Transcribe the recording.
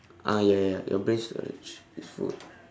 ah ya ya ya your brain storage is full